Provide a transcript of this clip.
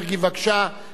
נא לצלצל.